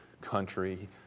country